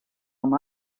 amb